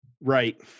Right